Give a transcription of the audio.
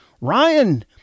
Ryan